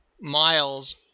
Miles